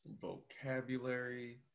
vocabulary